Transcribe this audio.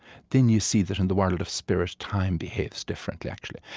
then you see that in the world of spirit, time behaves differently, actually.